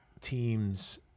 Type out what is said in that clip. teams